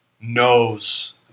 knows